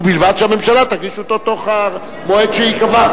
ובלבד שהממשלה תגיש אותו עד המועד שייקבע.